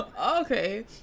Okay